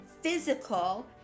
physical